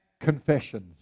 confessions